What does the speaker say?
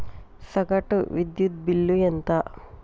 సగటు విద్యుత్ బిల్లు ఎంత?